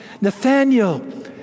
Nathaniel